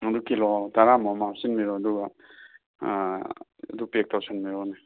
ꯑꯗꯨ ꯀꯤꯂꯣ ꯇꯔꯥꯃꯨꯛ ꯑꯃ ꯍꯥꯞꯆꯟꯕꯤꯔꯣ ꯑꯗꯨꯒ ꯑꯗꯨ ꯄꯦꯛ ꯇꯧꯁꯟꯕꯤꯔꯣꯅꯦ